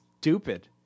stupid